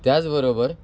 त्याचबरोबर